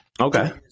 Okay